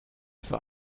für